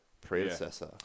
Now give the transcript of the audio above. predecessor